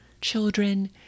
children